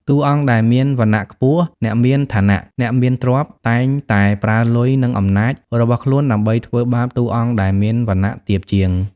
តួអង្គដែលមានវណ្ណៈខ្ពស់ អ្នកមានអំណាច អ្នកមានទ្រព្យ តែងតែប្រើលុយ និងអំណាច របស់ខ្លួនដើម្បីធ្វើបាបតួអង្គដែលមានវណ្ណៈទាបជាង។